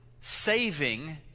Saving